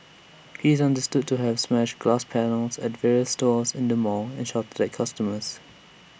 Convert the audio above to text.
he is understood to have smashed glass panels at various stores in the mall and shouted at customers